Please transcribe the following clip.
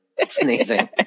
sneezing